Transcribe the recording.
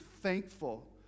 thankful